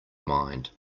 mind